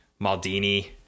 Maldini